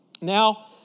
Now